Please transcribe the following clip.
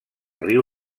riu